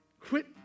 Quit